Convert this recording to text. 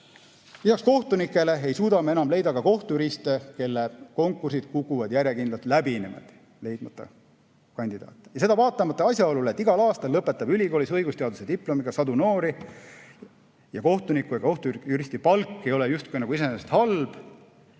Lisaks kohtunikele ei suuda me enam leida ka kohtujuriste, kelle konkursid kukuvad järjekindlalt läbi, leidmata kandidaate. Seda vaatamata asjaolule, et igal aastal lõpetab ülikoolis õigusteadlase diplomiga sadu noori ja kohtuniku ega kohtujuristi palk ei ole justkui iseenesest halb